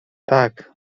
tak